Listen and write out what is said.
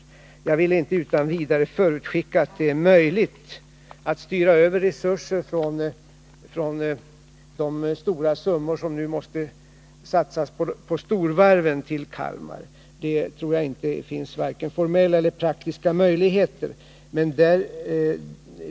Men jag vill inte utan vidare förutskicka att det är möjligt att styra över resurser till Kalmar från de stora summor som nu måste satsas på storvarven. Jag tror inte att det finns vare sig formella eller praktiska möjligheter till det.